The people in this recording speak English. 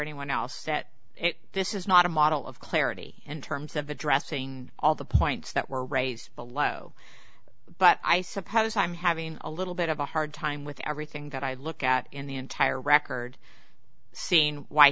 anyone else that this is not a model of clarity in terms of addressing all the points that were raised a lot but i suppose i'm having a little bit of a hard time with everything that i look at in the entire record scene why